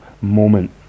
moment